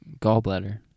gallbladder